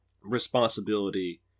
responsibility